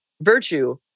virtue